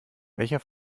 welcher